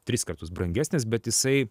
tris kartus brangesnis bet jisai